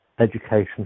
education